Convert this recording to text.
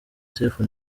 sefu